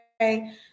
Okay